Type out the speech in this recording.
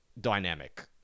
dynamic